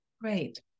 Great